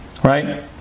Right